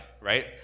right